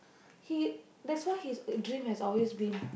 he that's why his dream has always been